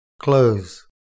close